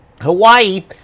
Hawaii